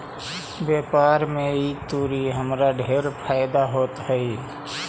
व्यापार में ई तुरी हमरा ढेर फयदा होइत हई